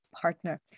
partner